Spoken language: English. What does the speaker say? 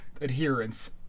adherence